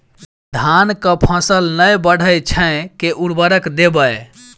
धान कऽ फसल नै बढ़य छै केँ उर्वरक देबै?